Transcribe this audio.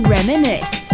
Reminisce